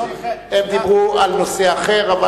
הם דיברו על נושא אחר.